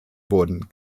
wurden